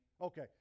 Okay